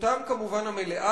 זכותם המלאה,